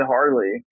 Harley